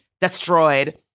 destroyed